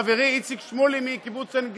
חברי איציק שמולי מקיבוץ עין גדי,